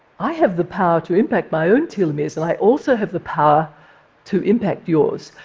i have the power to impact my own telomeres, and i also have the power to impact yours.